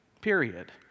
period